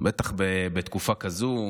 בטח בתקופה כזאת,